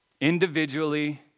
Individually